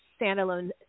standalone